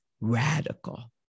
radical